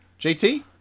JT